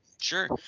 sure